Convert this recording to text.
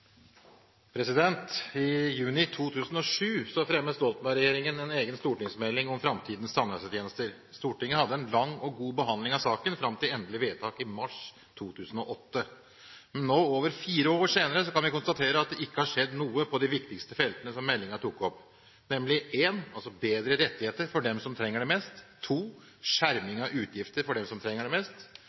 I juni 2007 fremmet Stoltenberg-regjeringen en egen stortingsmelding om framtidens tannhelsetjenester. Stortinget hadde en lang og god behandling av saken fram til endelig vedtak i mars 2008, men nå over fire år senere kan vi konstatere at det ikke har skjedd noe på de viktigste feltene som meldingen tok opp, nemlig: 1. bedre rettigheter for dem som trenger det mest, og: 2. skjerming av utgifter for dem som trenger det mest.